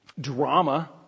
drama